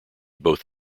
both